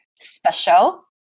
special